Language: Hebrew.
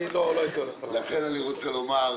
לכן אני רוצה לומר